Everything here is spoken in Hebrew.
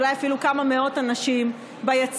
אולי אפילו כמה מאות אנשים ביציע.